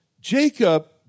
Jacob